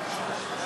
נגד החוק,